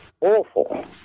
awful